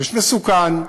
כביש מסוכן,